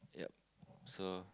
yup so